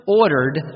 ordered